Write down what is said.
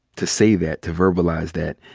to say that, to verbalize that,